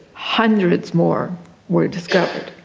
hundreds more were discovered.